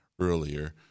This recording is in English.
earlier